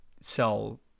sell